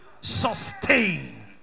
sustain